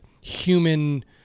human